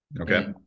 Okay